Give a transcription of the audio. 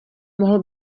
mohl